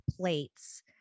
plates